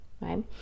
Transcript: right